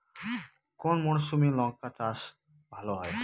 কোন মরশুমে লঙ্কা চাষ ভালো হয়?